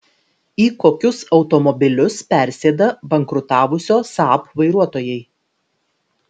į kokius automobilius persėda bankrutavusio saab vairuotojai